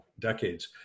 decades